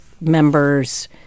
members